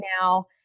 now